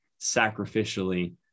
sacrificially